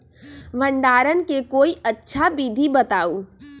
भंडारण के कोई अच्छा विधि बताउ?